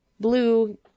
blue